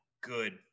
good